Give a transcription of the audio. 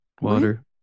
Water